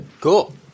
Cool